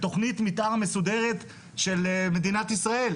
בתכנית מתקן מסודרת של מדינת ישראל.